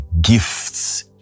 gifts